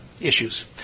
issues